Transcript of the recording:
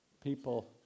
people